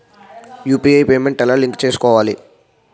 UPI payment ఎలా link చేసుకోవాలి?